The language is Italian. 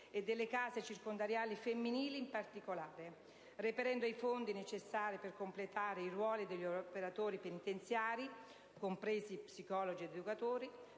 e delle case circondariali femminili in particolare, reperendo i fondi necessari per completare i ruoli degli operatori penitenziari, compresi psicologi ed educatori,